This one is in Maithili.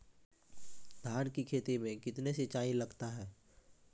धान की खेती मे कितने सिंचाई लगता है?